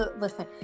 listen